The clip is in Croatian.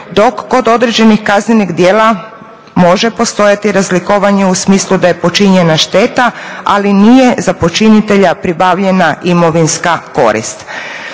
dok kod određenih kaznenih djela može postojati razlikovanje u smislu da je počinjena šteta, ali nije za počinitelja pribavljena imovinska korist.